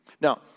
Now